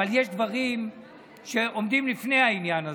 אבל יש דברים שעומדים לפני העניין הזה,